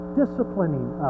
disciplining